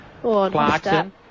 Clarkson